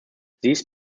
these